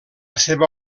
seva